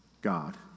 God